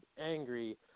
angry